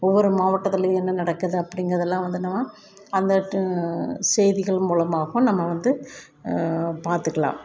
ஒவ்வொரு மாவட்டத்துலேயும் என்ன நடக்குது அப்படிங்கறதுலாம் வந்து நம்ம அந்த செய்திகள் மூலமாகவும் நம்ம வந்து பார்த்துக்குலாம்